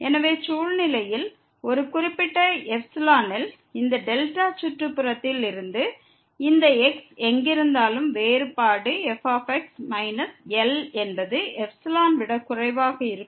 எனவே சூழ்நிலையில் ஒரு குறிப்பிட்ட ε ல் இந்த δ சுற்றுப்புறத்தில் இருந்து இந்த x எங்கிருந்தாலும் வேறுபாடு fமைனஸ் L என்பது εஐ விட குறைவாக இருக்கும்